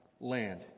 land